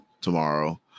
tomorrow